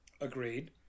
Agreed